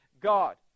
God